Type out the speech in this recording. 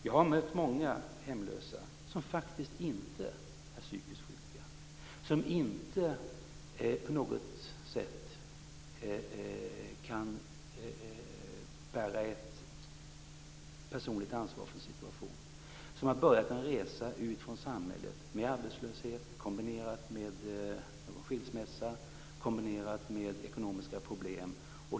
Jag har mött många hemlösa som faktiskt inte är psykiskt sjuka, som inte på något sätt kan bära ett personligt ansvar för situationen. De har börjat en resa ut från samhället med arbetslöshet kombinerat med någon skilsmässa kombinerat med ekonomiska problem.